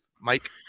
Mike